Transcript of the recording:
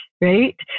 right